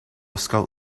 scout